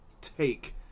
take